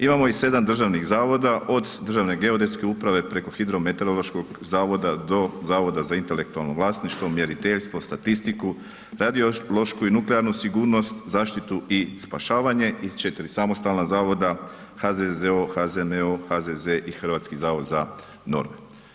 Imamo i 7 državnih zavoda od državne geodetske uprave, preko hidrometeorološkog zavoda do zavoda za intelektualno vlasništvo, mjeriteljstvo, statistiku, radiološku i nuklearnu sigurnost, zaštitu i spašavanje i 4 samostalna zavoda, HZZO, HZMO, HZZ i Hrvatski zavod za norme.